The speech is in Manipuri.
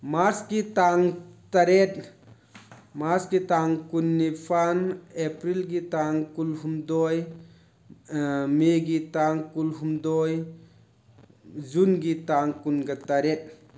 ꯃꯥꯔꯁꯀꯤ ꯇꯥꯡ ꯇꯔꯦꯠ ꯃꯥꯔꯁꯀꯤ ꯇꯥꯡ ꯀꯨꯟ ꯅꯤꯄꯥꯟ ꯑꯦꯄ꯭ꯔꯤꯜꯒꯤ ꯇꯥꯡ ꯀꯨꯟ ꯍꯨꯝꯗꯣꯏ ꯃꯦꯒꯤ ꯇꯥꯡ ꯀꯨꯟ ꯍꯨꯝꯗꯣꯏ ꯖꯨꯟꯒꯤ ꯇꯥꯡ ꯀꯨꯟꯒ ꯇꯔꯦꯠ